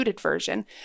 Version